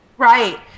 Right